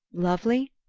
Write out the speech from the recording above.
lovely?